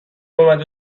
اومد